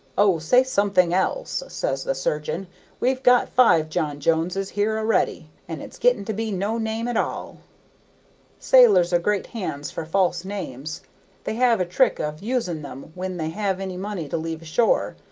o, say something else says the surgeon we've got five john joneses here a'ready, and it's getting to be no name at all sailors are great hands for false names they have a trick of using them when they have any money to leave ashore,